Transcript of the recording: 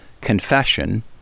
confession